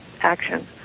action